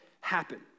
happen